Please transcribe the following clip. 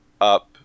Up